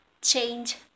change